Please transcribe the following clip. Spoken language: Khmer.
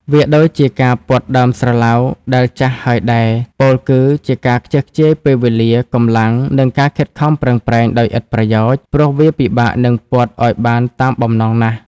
វាដូចជាការពត់ដើមស្រឡៅដែលចាស់ហើយដែរ ពោលគឺជាការខ្ជះខ្ជាយពេលវេលា កម្លាំង និងការខិតខំប្រឹងប្រែងដោយឥតប្រយោជន៍ ព្រោះវាពិបាកនឹងពត់ឱ្យបានតាមបំណងណាស់។